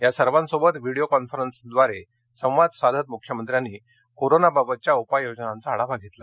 या सर्वांसोबत व्हिडिओ कॉन्फरन्सद्वारे संवाद साधत मुख्यमंत्र्यांनी कोरोना बाबतच्या उपाययोजनांचा आढावा घेतला